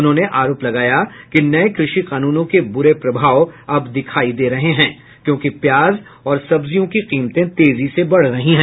उन्होंने आरोप लगाया कि नए कृषि कानूनों के ब्रे प्रभाव अब दिखाई दे रहे हैं क्योंकि प्याज और सब्जियों की कीमतें तेजी से बढ़ रही हैं